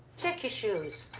check your shoes,